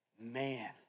Man